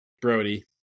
Brody